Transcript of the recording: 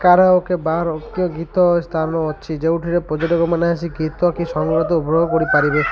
karaoke ବାରଓକେ ଗୀତ ସ୍ଥାନ ଅଛି ଯେଉଁଠିରେ ପର୍ଯ୍ୟଟକମାନେ ଆସି ଗୀତ କି ସଙ୍ଗୀତ ଉପଭୋଗ କରିପାରିବେ